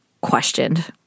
questioned